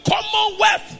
commonwealth